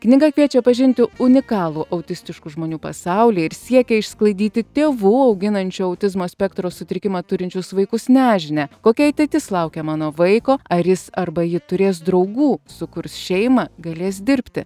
knyga kviečia pažinti unikalų autistiškų žmonių pasaulį ir siekia išsklaidyti tėvų auginančių autizmo spektro sutrikimą turinčius vaikus nežinią kokia ateitis laukia mano vaiko ar jis arba ji turės draugų sukurs šeimą galės dirbti